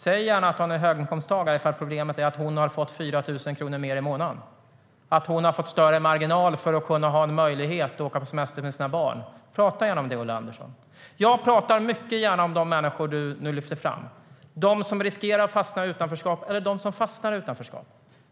Säg gärna att hon är höginkomsttagare om problemet är att hon har fått 4 000 kronor mer i månaden, att hon har fått större marginal för att åka på semester med sina barn. Prata gärna om det, Ulla Andersson.Jag talar mycket gärna om de människor Ulla Andersson lyfter fram, det vill säga de som riskerar att fastna i utanförskap eller de som fastnar i utanförskap.